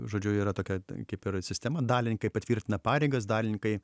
žodžiu yra tokia kaip ir sistema dalininkai patvirtina pareigas dalininkai